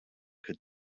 could